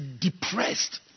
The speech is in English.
depressed